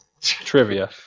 trivia